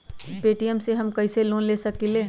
Paytm से हम कईसे लोन ले सकीले?